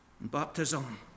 Baptism